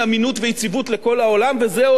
וזה עוד לפני אני מדגיש,